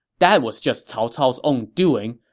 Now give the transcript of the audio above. that was just cao cao's own doing,